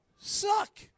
suck